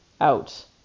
out